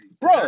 Bro